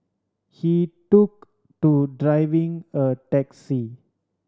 he took to driving a taxi